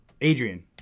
adrian